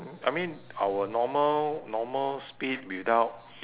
I mean our normal normal speed without